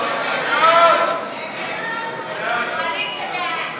תיאום הפעולות בשטחים,